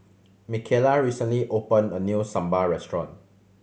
Michaela recently opened a new sambal restaurant